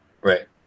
right